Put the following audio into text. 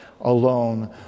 alone